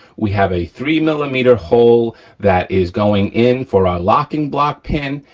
we have a three millimeter hole that is going in for our locking block pin,